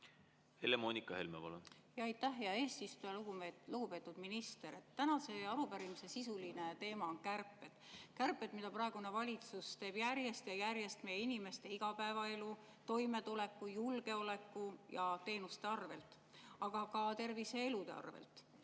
Helle-Moonika Helme, palun! Aitäh, hea eesistuja! Lugupeetud minister! Tänase arupärimise sisuline teema on kärped, mida praegune valitsus teeb järjest ja järjest meie inimeste igapäevaelu, toimetuleku, julgeoleku ja teenuste arvel, aga ka tervise ja elude arvel.